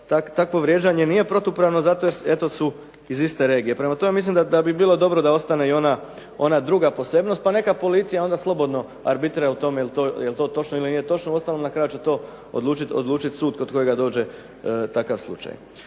takvo vrijeđanje nije protupravno zato jer su iz iste regije. Prema tome, mislim da bi bilo dobro da ostane i ona druga posebnost pa neka policija onda slobodno arbitrira u tome je li to točno ili nije točno. Uostalom, na kraju će to odlučiti sud kod kojega dođe takav slučaj.